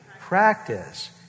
practice